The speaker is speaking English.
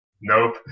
nope